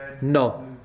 No